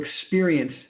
experience